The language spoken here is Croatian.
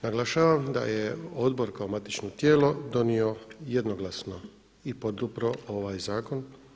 Naglašavam da je Odbor kao matično tijelo donijelo jednoglasno i podupro ovaj zakon.